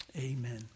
Amen